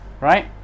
right